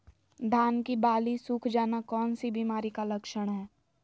धान की बाली सुख जाना कौन सी बीमारी का लक्षण है?